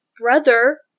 brother